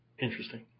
interesting